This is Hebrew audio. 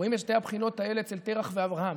רואים את שתי הבחינות האלה אצל תרח ואברהם.